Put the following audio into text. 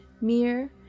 mirror